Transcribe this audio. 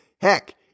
Heck